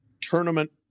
tournament